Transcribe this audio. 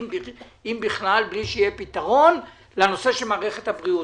אם בכלל, בלי שיהיה פתרון לנושא של מערכת הבריאות.